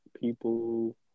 people